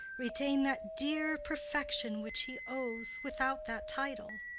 retain that dear perfection which he owes without that title.